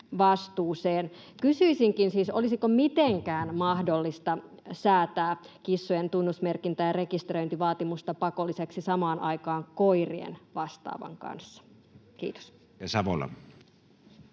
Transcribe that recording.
Kysyisinkin siis: olisiko mitenkään mahdollista säätää kissojen tunnusmerkintä- ja rekisteröintivaatimusta pakolliseksi samaan aikaan koirien vastaavan kanssa? — Kiitos.